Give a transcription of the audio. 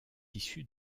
issues